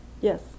Yes